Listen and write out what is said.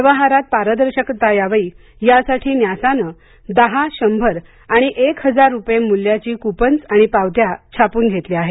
व्यवहारात पारदर्शकता यावी यासाठी न्यासानं दहा शंभर आणि एक हजार रुपये मूल्याची कूपन आणि पावत्या छापून घेतल्या आहेत